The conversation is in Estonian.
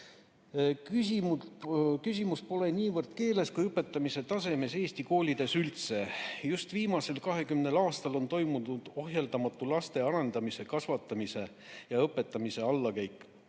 "Küsimus pole niivõrd keeles kui õpetamise tasemes Eesti koolides üldse. Just viimasel kahekümnel aastal on toimunud ohjeldamatu laste arendamise, kasvatamise ja õpetamise allakäik.